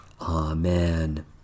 Amen